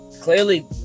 Clearly